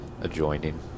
Adjoining